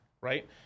right